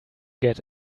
get